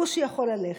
הכושי יכול ללכת".